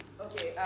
Okay